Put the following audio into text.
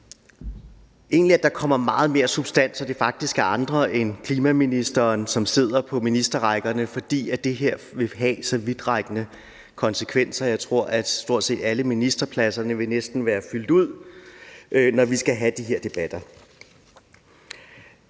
egentlig kommer meget mere substans, så det faktisk er andre end klimaministeren, som sidder på ministerrækkerne, fordi det her vil have så vidtrækkende konsekvenser. Jeg tror, at stort set alle ministerpladserne vil være fyldt ud, når vi skal have de her debatter.